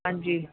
ਹਾਂਜੀ